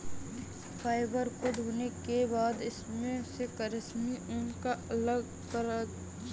fibre को धोने के बाद इसमे से कश्मीरी ऊन को अलग करा जाता है